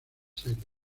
serie